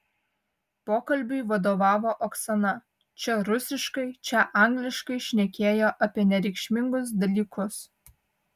pokalbiui vadovavo oksana čia rusiškai čia angliškai šnekėjo apie nereikšmingus dalykus